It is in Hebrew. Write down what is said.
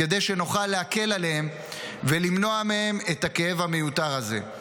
כדי שנוכל להקל עליהם ולמנוע מהם את הכאב המיותר הזה.